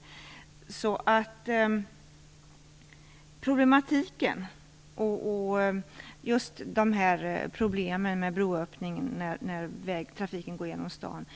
Även om jag inte har stått i kö själv har jag fått problemen med broöppningar när vägtrafiken går genom staden